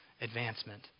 advancement